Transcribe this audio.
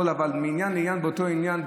אבל מעניין לעניין באותו עניין,